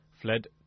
fled